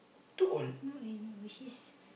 not really old she's